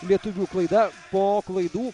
lietuvių klaida po klaidų